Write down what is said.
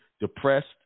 depressed